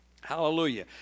Hallelujah